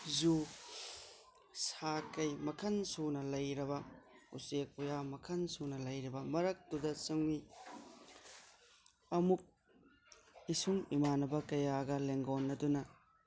zoo ꯁꯥ ꯀꯩ ꯃꯈꯜ ꯁꯨꯅ ꯂꯩꯔꯕ ꯎꯆꯦꯛ ꯋꯥꯌꯥ ꯃꯈꯜ ꯁꯨꯅ ꯂꯩꯔꯕ ꯃꯔꯛꯇꯨꯗ ꯆꯪꯉꯤ ꯑꯃꯨꯛ ꯏꯁꯨꯡ ꯏꯃꯥꯟꯅꯕ ꯀꯌꯥꯒ ꯂꯦꯡꯒꯣꯟꯅꯗꯨꯅ